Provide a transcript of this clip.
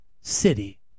city